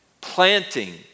planting